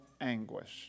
anguish